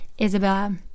Isabella